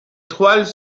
toiles